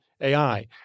AI